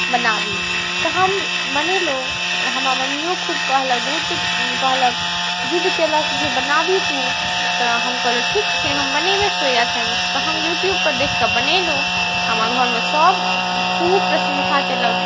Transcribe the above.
बनाबही तऽ हम बनेलहुँ हमरा मम्मिओ खूब कहलक बहुत कहलक जिद्द केलक जे बनाबही तू तऽ हम कहलहुँ ठीक छै हम बनेबै सोया चँक्स तऽ हम यूट्यूबपर देखिकऽ बनेलहुँ हमरा घरमे सब खूब प्रशंसा केलक